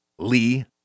Lee